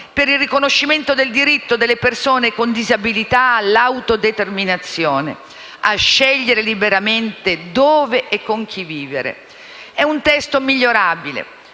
del riconoscimento del diritto delle persone con disabilità all'autodeterminazione e a scegliere liberamente dove e con chi vivere. Si tratta